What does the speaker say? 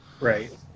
Right